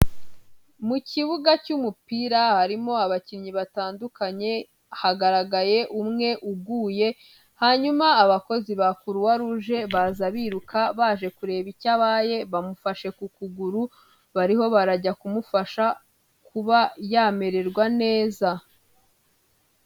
Mu kibuga cy'umupira, harimo abakinnyi batandukanye, hagaragaye umwe uguye, hanyuma abakozi ba Kuruwa ruje baza biruka baje kureba icyo abaye, bamufashe ku kuguru bariho barajya kumufasha kuba yamererwa neza.